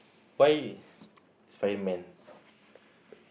why spiderman